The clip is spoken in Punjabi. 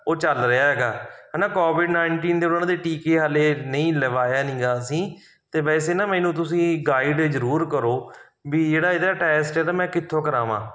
ਉਹ ਚੱਲ ਰਿਹਾ ਗਾ ਹਨਾ ਕੋਵਿਡ ਨਾਈਨਟੀਨ ਦੇ ਉਹਨਾਂ ਦੇ ਟੀਕੇ ਹਜੇ ਨਹੀਂ ਲਗਵਾਇਆ ਨਹੀਂ ਗਾ ਅਸੀਂ ਅਤੇ ਵੈਸੇ ਨਾ ਮੈਨੂੰ ਤੁਸੀਂ ਗਾਈਡ ਜ਼ਰੂਰ ਕਰੋ ਵੀ ਜਿਹੜਾ ਇਹਦਾ ਟੈਸਟ ਇਹਦਾ ਮੈਂ ਕਿੱਥੋਂ ਕਰਾਂਵਾ